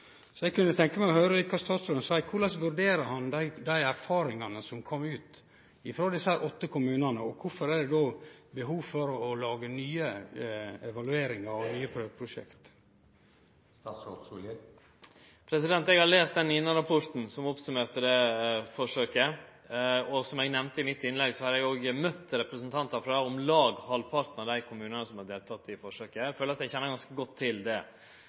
er det behov for å lage nye evalueringar og nye prøveprosjekt? Eg har lese NINA-rapporten som summerte opp dette forsøket, og som eg nemnde i mitt innlegg, har eg òg møtt representantar frå om lag halvparten av dei kommunane som har delteke i forsøket. Eg føler at eg kjenner ganske godt til det.